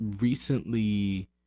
recently